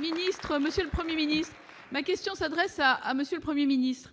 ministre monsieur le 1er ministre ma question s'adresse à monsieur le 1er ministre